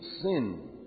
sin